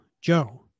Joe